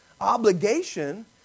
obligation